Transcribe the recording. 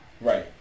Right